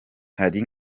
hari